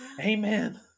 Amen